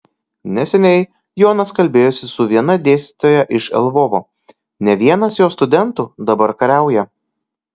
neseniai jonas kalbėjosi su viena dėstytoja iš lvovo ne vienas jos studentų dabar kariauja